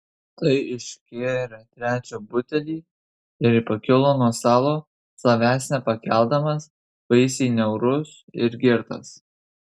tai išgėrė trečią butelį ir pakilo nuo stalo savęs nepakeldamas baisiai niaurus ir girtas